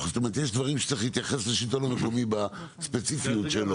יש דברים שצריך להתייחס לשלטון המקומי בספציפיות שלו.